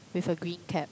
with a green cap